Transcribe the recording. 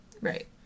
Right